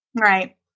Right